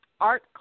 art